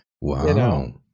Wow